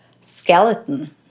skeleton